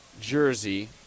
jersey